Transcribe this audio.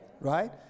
right